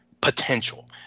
potential